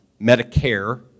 Medicare